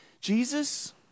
Jesus